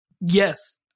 yes